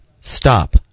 Stop